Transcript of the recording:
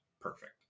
perfect